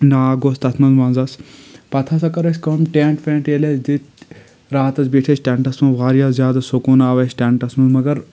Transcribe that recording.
ناگ اوس تَتھ منٛز منٛزس پتہٕ ہسا کٔر اَسہِ کأم ٹینٹ وینٹ ییٚلہِ اَسہِ دِتۍ راتس بیٖٹھۍ أسۍ ٹینٹس منٛز واریاہ زیادٕ سکوٗن آو اَسہِ ٹینٹس منٛز مگر